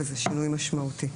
וזהו שינוי משמעותי.